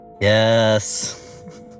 Yes